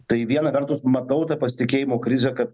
tai viena vertus matau tą pasitikėjimo krizę kad